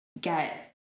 get